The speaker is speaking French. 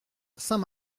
saint